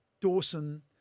Dawson